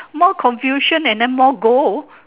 more confusion and then more goal